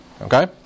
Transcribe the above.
Okay